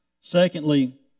Secondly